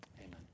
Amen